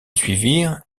suivirent